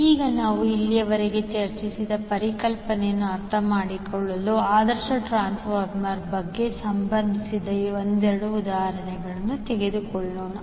ಈಗ ನಾವು ಇಲ್ಲಿಯವರೆಗೆ ಚರ್ಚಿಸಿದ ಪರಿಕಲ್ಪನೆಗಳನ್ನು ಅರ್ಥಮಾಡಿಕೊಳ್ಳಲು ಆದರ್ಶ ಟ್ರಾನ್ಸ್ಫಾರ್ಮರ್ಗೆ ಸಂಬಂಧಿಸಿದ ಒಂದೆರಡು ಉದಾಹರಣೆಗಳನ್ನು ತೆಗೆದುಕೊಳ್ಳೋಣ